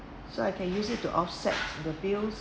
so I can use it to offset the bills